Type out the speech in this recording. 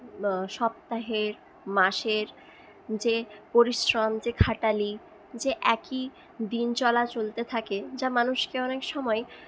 সপ্তাহের মাসের যে পরিশ্রম যে খাটনি যে একই দিন চলা চলতে থাকে যা মানুষকে অনেক সময়